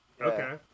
Okay